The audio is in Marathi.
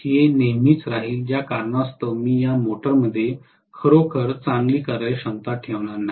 हे नेहमीच राहील ज्या कारणास्तव मी या मोटरमध्ये खरोखर चांगली कार्यक्षमता ठेवणार नाही